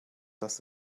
dass